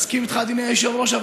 מסכים איתך, אדוני היושב-ראש.